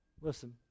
listen